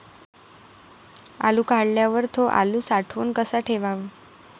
आलू काढल्यावर थो आलू साठवून कसा ठेवाव?